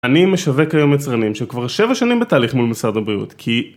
אני משווק היום יצרנים שכבר 7 שנים בתהליך מול משרד הבריאות, כי...